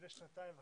בני שנתיים וחצי,